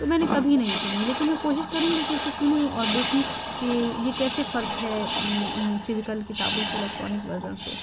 تو میں نے کبھی نہیں سنی لیکن میں کوشش کروں گی کہ اسے سنوں اور دیکھوں کہ یہ کیسے فرق ہے ان فزیکل کتابوں سے الیکٹرانک ورژن سے